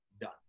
done